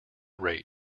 rate